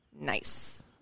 nice